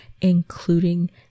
including